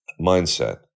mindset